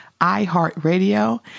iHeartRadio